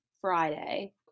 Friday